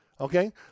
Okay